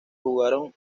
jugaron